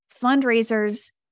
Fundraisers